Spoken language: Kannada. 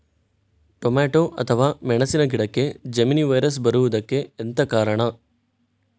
ಟೊಮೆಟೊ ಅಥವಾ ಮೆಣಸಿನ ಗಿಡಕ್ಕೆ ಜೆಮಿನಿ ವೈರಸ್ ಬರುವುದಕ್ಕೆ ಎಂತ ಕಾರಣ?